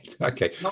okay